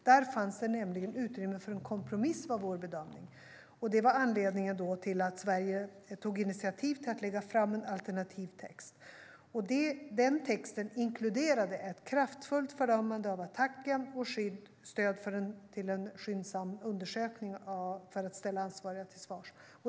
Där fanns nämligen utrymme för en kompromiss, enligt vår bedömning. Det var anledningen till att Sverige tog initiativ till att lägga fram en alternativ text. Denna text inkluderade ett kraftfullt fördömande av attacken och stöd för en skyndsam undersökning för att ställa de ansvariga till svars.